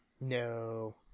No